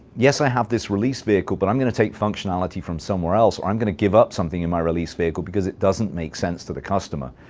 yes, i have this release vehicle, but i'm going to take functionality from somewhere else. i'm going to give up something in my release vehicle because it doesn't make sense to the customer.